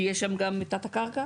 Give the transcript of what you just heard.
כי יש שם גם תת קרקע?